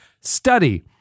Study